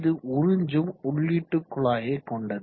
இது உறிஞ்சும் உள்ளீட்டு குழாயை கொண்டது